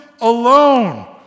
alone